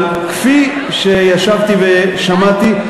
אבל כפי שישבתי ושמעתי,